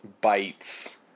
Bites